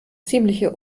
ziemliche